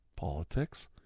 politics